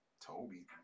Toby